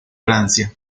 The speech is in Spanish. francia